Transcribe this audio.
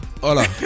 hola